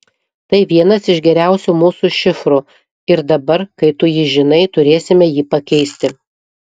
tai vienas iš geriausių mūsų šifrų ir dabar kai tu jį žinai turėsime jį pakeisti